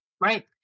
right